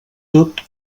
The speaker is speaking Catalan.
tot